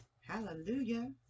Hallelujah